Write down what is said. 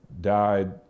died